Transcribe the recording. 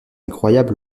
incroyable